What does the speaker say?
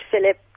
Philip